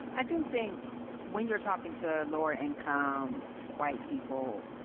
i do think when you're talking to lower income white people,